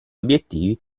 obiettivi